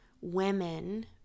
women